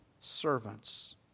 servants